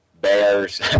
bears